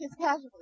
casually